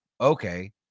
Okay